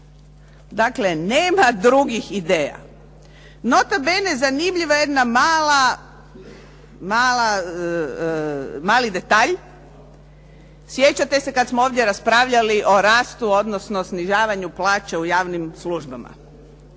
Dakle, nema drugih ideja. Nota bene, zanimljiva je jedan mali detalj. Sjećate se kad smo ovdje raspravljali o rastu, odnosno snižavanju plaća u javnim službama.